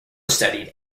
studied